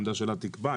העמדה שלה תקבע.